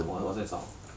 我我在找